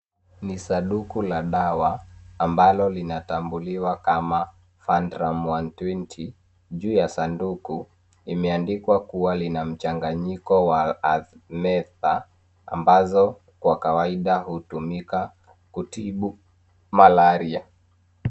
Ni sanduku la dawa ambalo lina tambuliwa kama [cs ] Fandram 120[cs ]. Juu ya sanduku limeandikwa kwamba lina mchanganyiko wa [cs ] artmetha [cs ] ambayo kwa kawaida hutumika kutibu malaria.